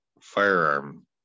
firearm